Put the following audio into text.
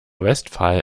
westphal